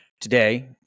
Today